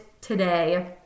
today